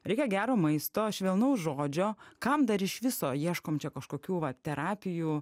reikia gero maisto švelnaus žodžio kam dar iš viso ieškom čia kažkokių va terapijų